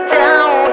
down